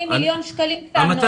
280 מיליון שקל שמנו על זה.